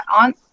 on